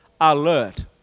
alert